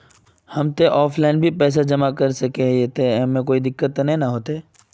हम ते ऑफलाइन भी ते पैसा जमा कर सके है ऐमे कुछ दिक्कत ते नय न होते?